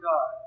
God